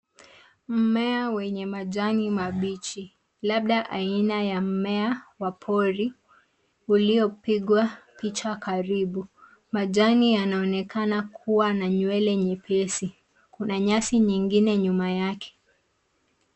Mmea wenye majani mabichi labda aina ya mmea wa pori ulio pigwa picha karibu. Majani yanaonekana kuwa na nywele nyepesi kuna nyasi nyingine nyuma yake.